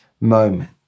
moment